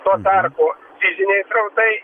tuo tarpu fiziniai srautai